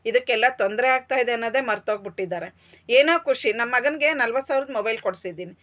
ಇದಕ್ಕೆಲ್ಲ ತೊಂದ್ರೆ ಆಗ್ತಾ ಇದೆ ಅನ್ನೋದೆ ಮರ್ತ್ ಓಗ್ಬಿಟ್ಟಿದ್ದಾರೆ ಏನೋ ಖುಷಿ ನಮ್ ಮಗನ್ಗೆ ನಲ್ವತ್ತ್ ಸಾವ್ರದ್ ಮೊಬೈಲ್ ಕೊಡ್ಸಿದ್ದೀನಿ